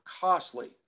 costly